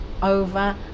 over